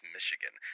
Michigan